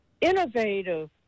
innovative